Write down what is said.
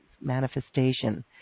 manifestation